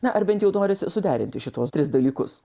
na ar bent jau norisi suderinti šituos tris dalykus